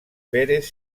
pérez